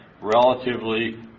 relatively